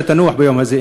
שתנוח ביום הזה,